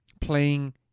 playing